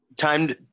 Time